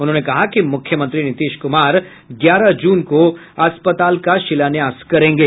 उन्होंने कहा कि मुख्यमंत्री नीतीश कुमार ग्यारह जून को अस्पताल का शिलान्यास करेंगे